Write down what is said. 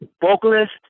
vocalist